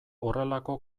horrelako